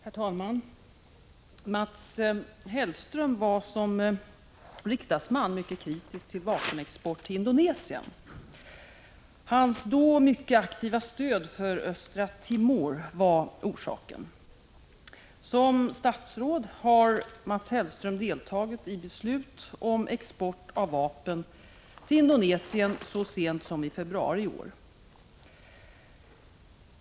Herr talman! Mats Hellström var som riksdagsman mycket kritisk till vapenexport till Indonesien. Hans då mycket aktiva stöd för Östra Timor var orsaken. Som statsråd har Mats Hellström så sent som i februari i år deltagit i beslut om export av vapen till Indonesien.